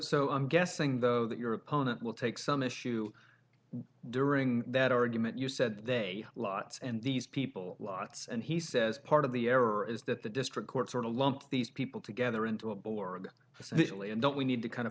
i'm guessing though that your opponent will take some issue during that argument you said they lots and these people lots and he says part of the error is that the district courts sort of lump these people together into a ball or don't we need to kind of